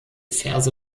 ferse